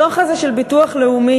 הדוח הזה של הביטוח הלאומי,